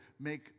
make